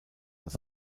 als